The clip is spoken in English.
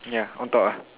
ya on top ah